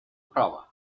права